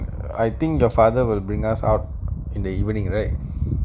then I think the father will bring us out in the evening right